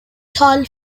toll